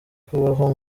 kubaho